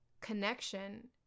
connection